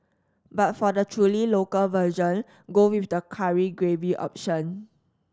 but for the truly local version go with the curry gravy option